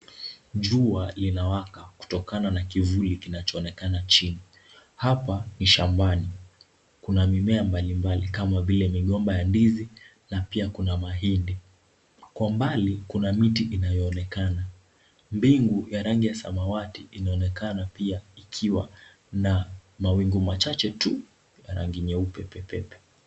Jua linawaka kutokana na kivuli kinachoonekana chini. Hapa ni shambani, kuna mimea mbalimbali kama vile migomba ya ndizi, na pia kuna mahindi. Kwa mbali kuna miti inayoonekana. Mbingu ya rangi ya samawati inaonekana pia ikiwa na mawingu machache tu, ya rangi nyeupe pepepe.